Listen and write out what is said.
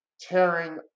tearing